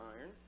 iron